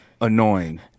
annoying